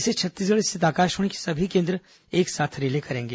इसे छत्तीसगढ़ स्थित आकाशवाणी के सभी केन्द्र एक साथ रिले करेंगे